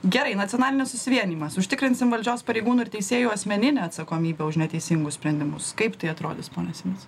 gerai nacionalinis susivienijimas užtikrinsim valdžios pareigūnų ir teisėjų asmeninę atsakomybę už neteisingus sprendimus kaip tai atrodys pone sinica